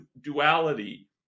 duality